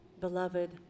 Beloved